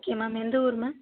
okay ma'am எந்த ஊர் ma'am